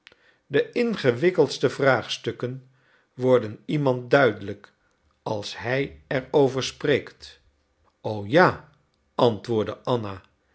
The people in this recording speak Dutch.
de ingewikkeldste vraagstukken worden iemand duidelijk als hij er over spreekt o ja antwoordde anna